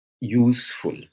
useful